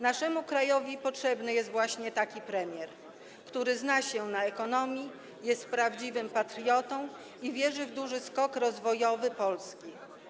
Naszemu krajowi potrzebny jest właśnie taki premier, który zna się na ekonomii, jest prawdziwym patriotą i wierzy w duży skok rozwojowy Polski.